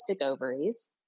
ovaries